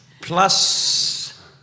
Plus